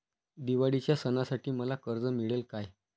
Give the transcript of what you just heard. दिवाळीच्या सणासाठी मला कर्ज मिळेल काय?